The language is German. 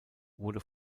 wurde